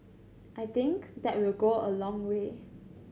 I think that will go a long way